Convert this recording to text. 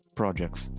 projects